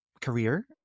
career